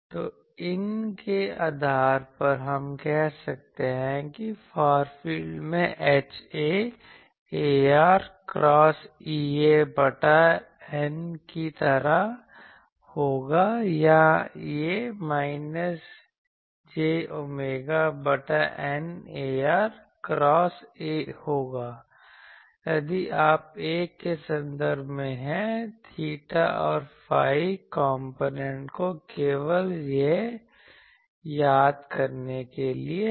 तो इन के आधार पर हम कह सकते हैं कि फार फील्ड में HA ar क्रॉस EA बटा η की तरह होगा या यह माइनस जे ओमेगा बटा η ar क्रॉस A होगा यदि आप A के संदर्भ में हैं theta और phi कॉम्पोनेंट को केवल यह याद करने के लिए है